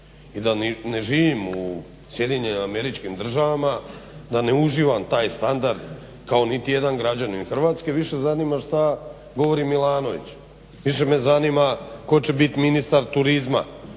i da ne živim u SAD da ne uživam taj standard kao niti jedan građanin Hrvatske, više zanima šta govori Milanović. Više me zanima tko će biti ministar turizma.